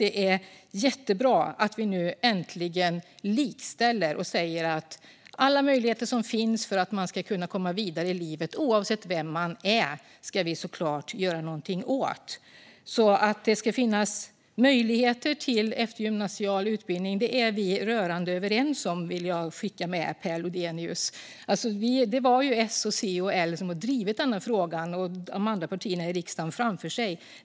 Det är jättebra att vi äntligen likställer och ger alla, oavsett vem man är, möjlighet att komma vidare i livet. Att det ska finnas möjlighet till eftergymnasial utbildning är vi rörande överens om. Det vill jag skicka med Per Lodenius. S, C och L har drivit på denna fråga och de andra partierna i riksdagen.